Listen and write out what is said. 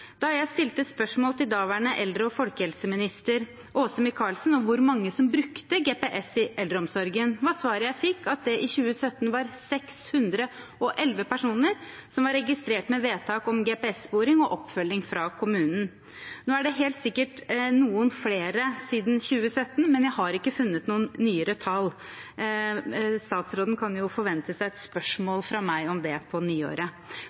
Da jeg stilte spørsmål til daværende eldre- og folkehelseminister, Åse Michaelsen, om hvor mange som brukte GPS i eldreomsorgen, var svaret jeg fikk at det i 2017 var 611 personer som var registrert med vedtak om GPS-sporing og oppfølging fra kommunen. Nå er det helt sikkert noen flere siden 2017, men jeg har ikke funnet noen nyere tall – statsråden kan forvente seg et spørsmål fra meg om det på nyåret.